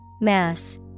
Mass